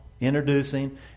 introducing